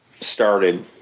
started